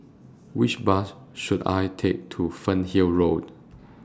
Which Bus should I Take to Fernhill Road